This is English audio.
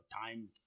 time